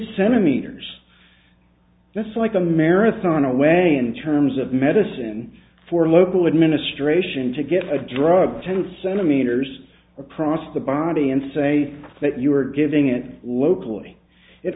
centimeters that's like a marathon away in terms of medicine for local administration to get a drug ten centimeters across the body and say that you are giving it locally it